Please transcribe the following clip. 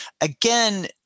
again